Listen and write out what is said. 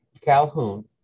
Calhoun